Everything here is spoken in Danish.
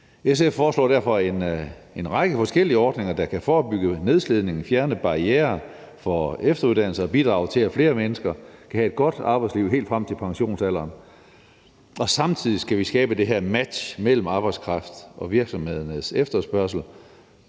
SF foreslår derfor en række forskellige ordninger, der kan forebygge nedslidning og fjerne barrierer for efteruddannelse og bidrage til, at flere mennesker kan have et godt arbejdsliv helt frem til pensionsalderen. Samtidig skal vi skabe det her match mellem arbejdskraft og virksomhedernes efterspørgsel,